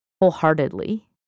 wholeheartedly